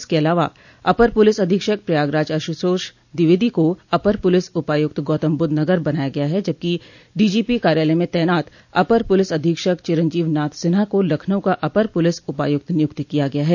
इसके अलावा अपर पुलिस अधीक्षक प्रयागराज आशुतोष द्विवेदी को अपर पुलिस उपायुक्त गौतमबुद्ध नगर बनाया गया है जबकि डीजीपी कार्यालय में तैनात अपर पुलिस अधीक्षक चिंरजीव नाथ सिन्हा को लखनऊ का अपर पुलिस उपायुक्त नियुक्त किया गया है